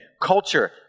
culture